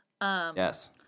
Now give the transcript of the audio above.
Yes